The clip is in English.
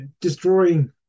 destroying